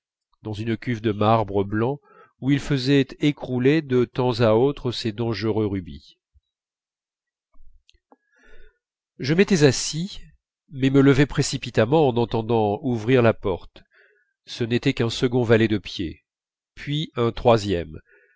dans une cuve de marbre blanc où il faisait écouler de temps à autre ses dangereux rubis je m'étais assis mais je me levais précipitamment en entendant ouvrir la porte ce n'était qu'un second valet de pied puis un troisième